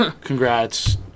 Congrats